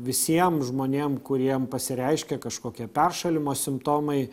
visiem žmonėm kuriem pasireiškia kažkokie peršalimo simptomai